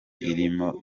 irimo